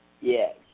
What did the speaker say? Yes